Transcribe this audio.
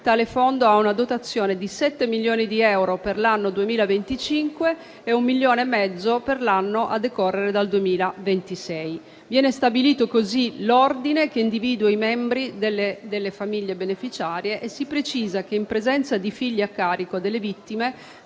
Tale fondo ha una dotazione di sette milioni di euro per l'anno 2025 e 1,5 milioni per l'anno a decorrere dal 2026. Viene stabilito così l'ordine che individua i membri delle famiglie beneficiarie e si precisa che, in presenza di figli a carico delle vittime,